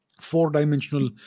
four-dimensional